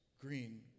Green